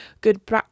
good